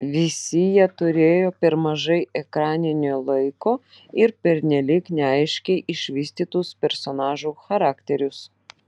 visi jie turėjo per mažai ekraninio laiko ir pernelyg neaiškiai išvystytus personažų charakterius